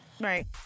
Right